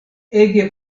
ege